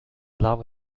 love